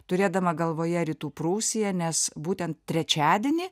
turėdama galvoje rytų prūsiją nes būtent trečiadienį